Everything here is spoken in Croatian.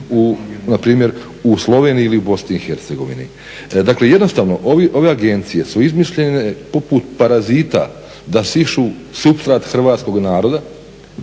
li npr. u Sloveniji ili Bosni i Hercegovini. Dakle, jednostavno ove agencije su izmišljene poput parazita da sišu supstrat hrvatskog naroda